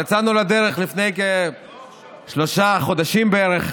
לדרך, לפני כשלושה חודשים בערך,